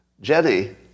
Jenny